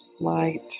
Light